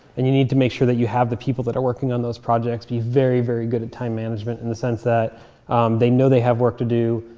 and you need to make sure that you have the people that are working on those projects be very, very good at time management in the sense that they know they have work to do.